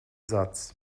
satz